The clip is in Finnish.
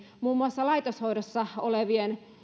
muun muassa laitoshoidossa olevien